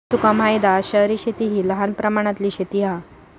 तुका माहित हा शहरी शेती हि लहान प्रमाणातली शेती हा